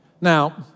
Now